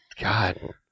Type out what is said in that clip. God